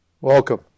Welcome